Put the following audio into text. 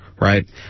Right